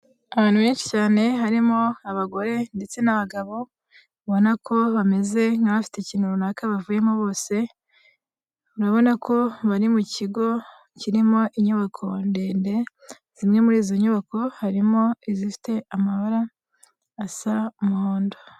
Ahantu benshi cyane harimo abagore ndetse n'abagabo ubona ko bameze nk'abafite ikintu runaka bavuyemo bose, urabona ko bari mu kigo kirimo inyubako ndende, zimwe muri izo nyubako harimo izifite amabara asa umuhondo.